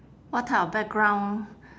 what type of background